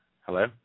Hello